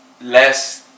less –